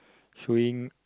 chewing